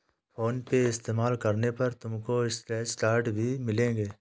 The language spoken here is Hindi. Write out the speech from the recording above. फोन पे इस्तेमाल करने पर तुमको स्क्रैच कार्ड्स भी मिलेंगे